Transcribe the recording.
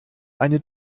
eine